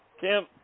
Kim